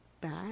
back